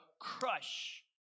crush